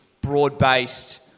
broad-based